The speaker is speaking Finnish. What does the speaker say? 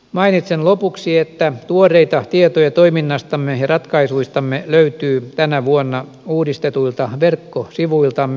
mainitsen lopuksi että tuoreita tietoja toiminnastamme ja ratkaisuistamme löytyy tänä vuonna uudistetuilta verkkosivuiltamme